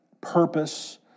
purpose